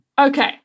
Okay